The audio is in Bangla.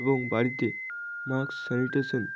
এবং বাড়িতে মাস্ক স্যানিটেশান